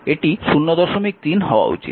এটি 03 হওয়া উচিত